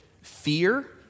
fear